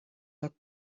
doc